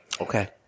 Okay